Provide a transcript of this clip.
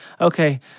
okay